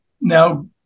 now